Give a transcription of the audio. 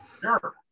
Sure